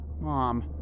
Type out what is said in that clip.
Mom